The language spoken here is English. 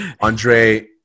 Andre